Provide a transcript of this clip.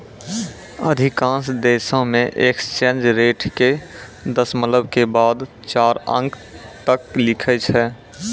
अधिकांश देशों मे एक्सचेंज रेट के दशमलव के बाद चार अंक तक लिखै छै